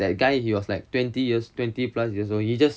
that guy he was like twenty years twenty plus years old he just